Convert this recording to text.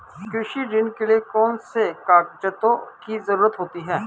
कृषि ऋण के लिऐ कौन से कागजातों की जरूरत होती है?